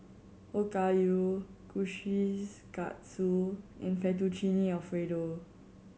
Okayu Kushikatsu and Fettuccine Alfredo